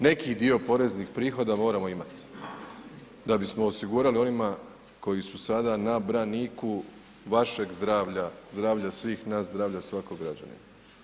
Neki dio poreznih prihoda moramo imati da bismo osigurali onima koji su sada na braniku vašeg zdravlja, zdravlja svih nas, zdravlja svakog građanina.